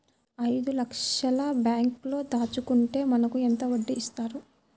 ఐదు లక్షల బ్యాంక్లో దాచుకుంటే మనకు ఎంత వడ్డీ ఇస్తారు?